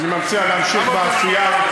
אני מציע להמשיך בעשייה.